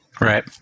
Right